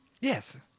Yes